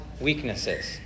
weaknesses